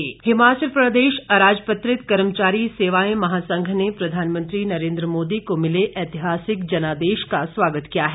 कर्मचारी हिमाचल प्रदेश अराजपत्रित कर्मचारी सेवाएं महासंघ ने प्रधानमंत्री नरेन्द्र मोदी को मिले ऐतिहासिक जनादेश का स्वागत किया है